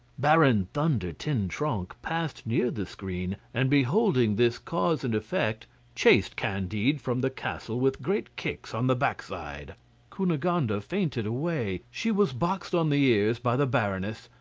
baron thunder-ten-tronckh passed near the screen and beholding this cause and effect chased candide from the castle with great kicks on the backside cunegonde fainted away she was boxed on the ears by the baroness,